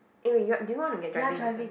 eh wait you do you want to get driving license